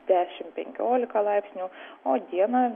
dešimt penkiolika laipsnių o dieną